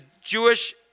Jewish